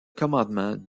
commandement